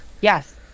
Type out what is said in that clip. Yes